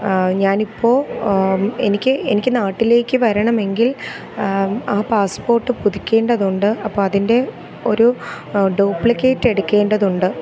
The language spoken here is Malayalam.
ഞാനിപ്പോൾ എനിക്ക് എനിക്ക് നാട്ടിലേക്ക് വരണമെങ്കിൽ ആ പാസ്പോർട്ട് പുതുക്കേണ്ടതുണ്ട് അപ്പോൾ അതിൻ്റെ ഒരു ഡ്യൂപ്ലിക്കേറ്റ് എടുക്കേണ്ടത് ഉണ്ട്